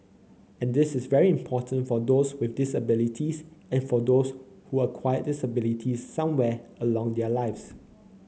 and this is very important for those with disabilities and for those who acquire disabilities somewhere along their lives